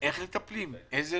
איך מטפלים ואיזה